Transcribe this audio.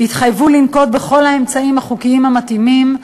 התחייבו לנקוט את כל האמצעים החוקיים המתאימים,